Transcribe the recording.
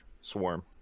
swarm